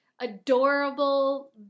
adorable